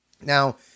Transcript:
Now